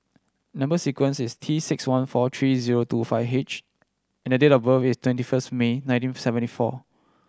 number sequence is T six one four three zero two five H and date of birth is twenty first May nineteen seventy four